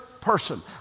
person